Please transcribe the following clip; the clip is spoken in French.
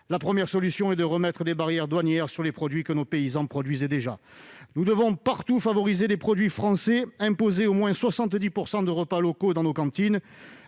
la première solution est de remettre des barrières douanières sur les produits que nos paysans produisent déjà. Nous devons partout favoriser les produits français, imposer au moins 70 % de repas locaux dans nos cantines.